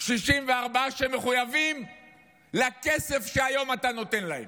64 שמחויבים לכסף שהיום אתה נותן להם,